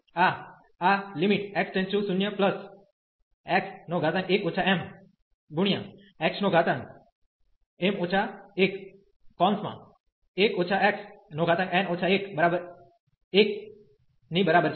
આ આ x→0x1 mxm 11 xn 11 ની બરાબર છે